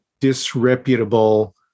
disreputable